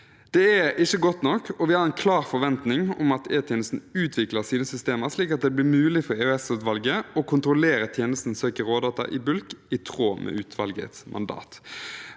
Det er ikke godt nok, og vi har en klar forventning om at E-tjenesten utvikler sine systemer slik at det blir mulig for EOS-utvalget å kontrollere tjenestens søk i rådata i bulk, i tråd med utvalgets mandat.